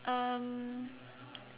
um